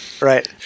right